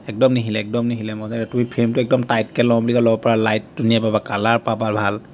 একদম নিহিলে একদম নিহিলে মই তুমি ফ্ৰেমটো একদম টাইটকৈ লওঁ বুলি ক'লে ল'ব পাৰা লাইট ধুনীয়া পাবা কালাৰ পাবা ভাল